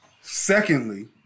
Secondly